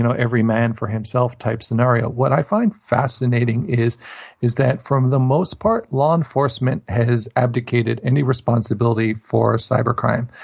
you know every man for himself type scenario. what i find fascinating is is that for the most part, law enforcement has advocated any responsibility for cyber crime.